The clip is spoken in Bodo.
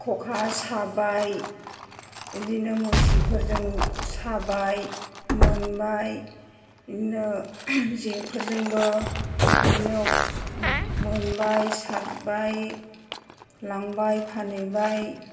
खखा साबाय बेदिनो मुस्रिफोरजों साबाय मोनबाय बेदिनो जेफोरजोंबो बेदिनो मोनबाय सारबाय लांबाय फानहैबाय